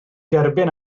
derbyn